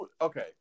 okay